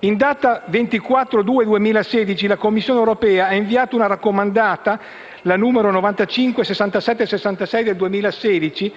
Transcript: In data 24 febbraio 2016 la Commissione europea ha inviato una raccomandata (la n. 956766 del 2016)